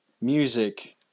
music